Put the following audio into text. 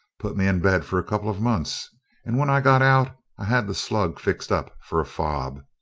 put me in bed for a couple of months and when i got out i had the slug fixed up for a fob.